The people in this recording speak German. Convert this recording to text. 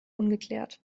ungeklärt